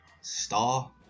star